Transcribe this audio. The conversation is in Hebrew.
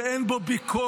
שאין בו ביקורת